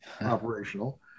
operational